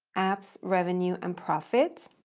apps, revenue, and profits.